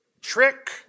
trick